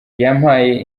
yampaye